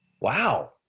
Wow